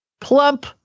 plump